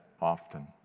often